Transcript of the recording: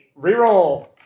Reroll